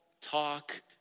talk